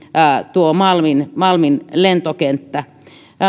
tuo malmin malmin lentokenttä